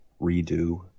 redo